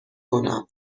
کنم